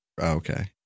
Okay